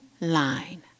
line